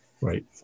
Right